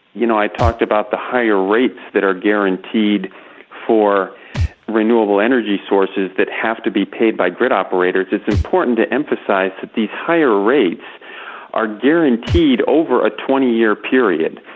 you know i talked about the higher rates that are guaranteed for renewable energy sources that have to be paid by grid operators. it's important to emphasise that these higher rates are guaranteed over a twenty year period.